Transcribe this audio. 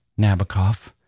Nabokov